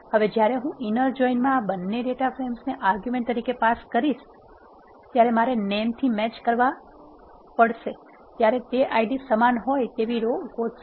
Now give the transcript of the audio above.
હવે જ્યારે હું ઇનર જોઇન માં આ બન્ને ડેટા ફ્રેમ્સ ને આર્ગ્યુમન્ટ તરીકે પાસ કરીશ મારે નેમ થી મેચ કરાવવા છે ત્યારે તે Ids સમાન હોય તેવી રો ગોતશે